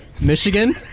Michigan